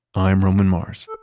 i'm roman mars